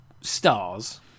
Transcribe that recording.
stars